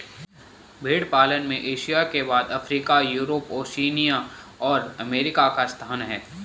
भेंड़ पालन में एशिया के बाद अफ्रीका, यूरोप, ओशिनिया और अमेरिका का स्थान है